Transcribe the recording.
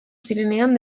zirenean